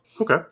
Okay